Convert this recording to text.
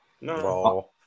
No